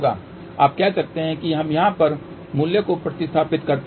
आप कह सकते हैं कि हम यहाँ पर मूल्य को प्रतिस्थापित करते हैं